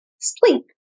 sleep